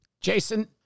Jason